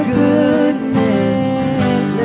goodness